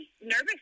nervous